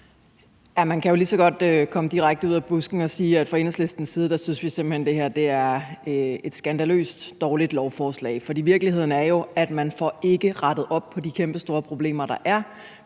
Man kan jo lige så godt komme direkte ud af busken og sige, at fra Enhedslistens side synes vi simpelt hen, at det her er et skandaløst dårligt lovforslag. For virkeligheden er jo, at man ikke får rettet op på de kæmpestore problemer, der er.